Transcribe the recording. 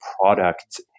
product